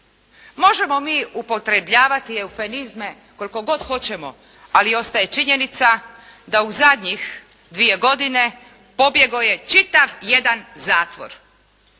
Možemo mi upotrebljavati eufenizme koliko god hoćemo ali ostaje činjenica da u zadnje dvije godine pobjegao je čitav jedan zatvor,